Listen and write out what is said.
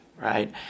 right